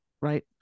right